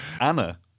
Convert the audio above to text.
Anna